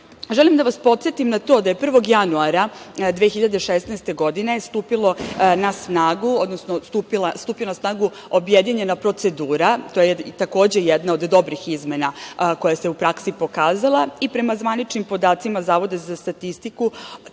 dobro. Želim da vas podsetim na to da je 1. januara 2016. godine stupila na snagu objedinjena procedura, to je takođe jedna od dobrih izmena koja se u praksi pokazala. Prema zvaničnim podacima Zavoda za statistiku,